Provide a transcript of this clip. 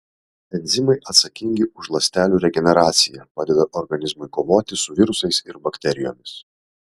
enzimai atsakingi už ląstelių regeneraciją padeda organizmui kovoti su virusais ir bakterijomis